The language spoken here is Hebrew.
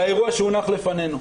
לגבי האירוע שהונח לפנינו.